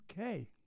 Okay